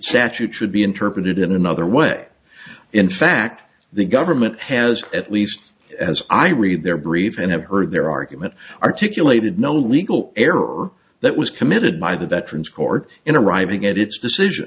statute should be interpreted in another way in fact the government has at least as i read their brief and have heard their argument articulated no legal error that was committed by the veterans court in arriving at its decision